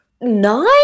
Nine